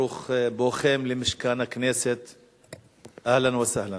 ברוך בואכם למשכן הכנסת, אהלן וסהלן.